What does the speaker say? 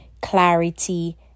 clarity